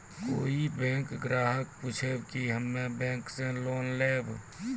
कोई बैंक ग्राहक पुछेब की हम्मे बैंक से लोन लेबऽ?